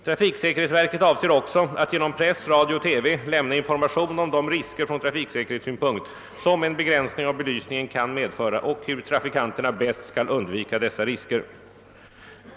Trafiksäkerhetsverket avser också att genom press, radio och TV lämna information om de risker från trafiksäkerhetssynpunkt som en begränsning av belysningen kan medföra och hur trafikanterna bäst skall undvika dessa risker.